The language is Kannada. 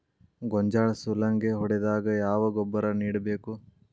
ಗೋಂಜಾಳ ಸುಲಂಗೇ ಹೊಡೆದಾಗ ಯಾವ ಗೊಬ್ಬರ ನೇಡಬೇಕು?